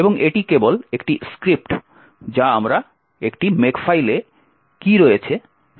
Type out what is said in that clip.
এবং এটি কেবল একটি স্ক্রিপ্ট যা আমরা একটি মেকফাইলে কী রয়েছে সে সম্পর্কে বিস্তারিত জানাতে যাব না